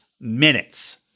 minutes